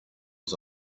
was